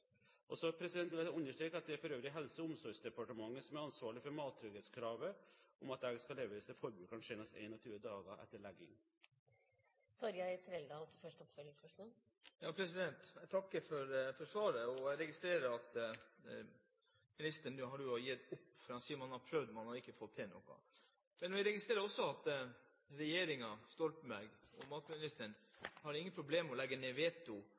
vil understreke at det for øvrig er Helse- og omsorgsdepartementet som er ansvarlig for mattrygghetskravet om at egg skal leveres til forbrukeren senest 21 dager etter legging. Jeg takker for svaret. Jeg registrerer at ministeren nå har gitt opp, for man sier man har prøvd, men ikke fått til noe. Jeg registrerer også at regjeringen Stoltenberg og matministeren ikke har noen problemer med å legge ned veto